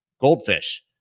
goldfish